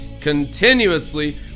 Continuously